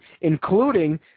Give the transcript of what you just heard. including